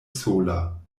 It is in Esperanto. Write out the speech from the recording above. sola